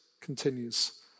continues